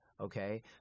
Okay